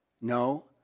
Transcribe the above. No